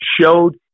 showed